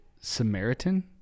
Samaritan